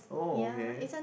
oh okay